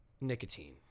nicotine